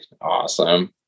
awesome